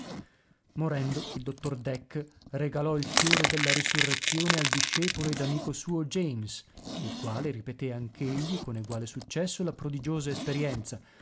morendo il dottor dek regalò il fiore della risurrezione al discepolo ed amico suo james il quale ripeté anch'egli con eguale successo la prodigiosa esperienza